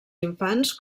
infants